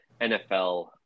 NFL